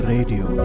Radio